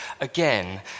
again